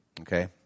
okay